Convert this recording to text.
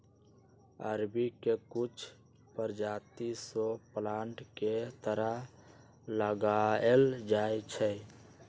अरबी के कुछ परजाति शो प्लांट के तरह लगाएल जाई छई